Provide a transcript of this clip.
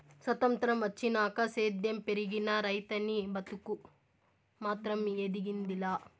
సొత్రంతం వచ్చినాక సేద్యం పెరిగినా, రైతనీ బతుకు మాత్రం ఎదిగింది లా